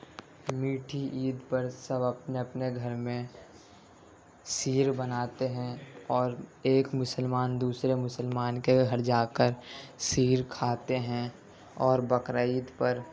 میٹھی عید پر سب اپنے اپنے گھر میں شیر بناتے ہیں اور ایک مسلمان دوسرے مسلمان کے گھر جا کر شیر کھاتے ہیں اور بقرعید پر